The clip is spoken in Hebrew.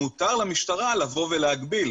מותר למשטרה לבוא ולהגביל.